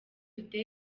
today